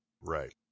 Right